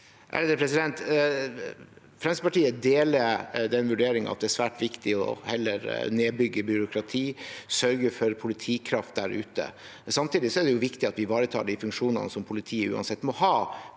(FrP) Fremskritts- partiet deler vurderingen av at det er svært viktig å heller bygge ned byråkrati og sørge for politikraft der ute. Samtidig er det viktig at vi ivaretar de funksjonene som politiet uansett må ha